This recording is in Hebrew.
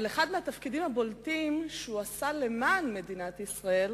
אבל אחד מהתפקידים הבולטים שהוא עשה למען מדינת ישראל